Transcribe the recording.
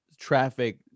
traffic